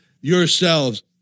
yourselves